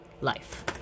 life